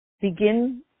Begin